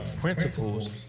principles